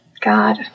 God